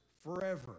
forever